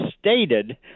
stated